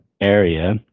area